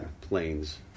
planes